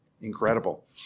incredible